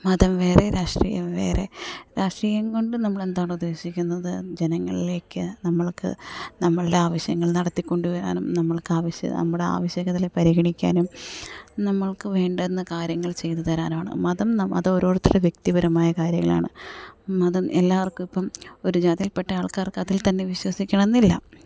മതം വേറെ രാഷ്ട്രീയം വേറെ രാഷ്ട്രീയം കൊണ്ടു നമ്മളെന്താണുദ്ദേശിക്കുന്നത് ജനങ്ങളിലേക്ക് നമ്മൾക്ക് നമ്മളുടാവശ്യങ്ങൾ നടത്തി കൊണ്ടു വരാനും നമ്മൾക്കാവശ്യ നമ്മുടെ ആവശ്യതകളെ പരിഗണിക്കാനും നമ്മൾക്കു വേണ്ടുന്ന കാര്യങ്ങൾ ചെയ്തു തരാനുമാണ് മതം അതോരുത്തരുടെ വ്യക്തിപരമായ കാര്യങ്ങളാണ് മതം എല്ലാവർക്കും ഇപ്പം ഒരു ജാതിയിൽ പെട്ട ആൾക്കാർക്ക് അതിൽ തന്നെ വിശ്വസിക്കണമെന്നില്ല